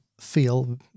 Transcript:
feel